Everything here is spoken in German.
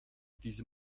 diese